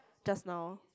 just now